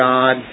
God